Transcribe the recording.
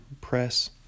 press